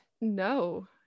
No